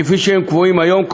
כפי שהם קבועים היום,